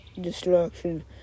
destruction